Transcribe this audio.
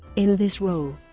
in this role,